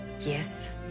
Yes